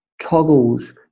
toggles